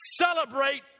Celebrate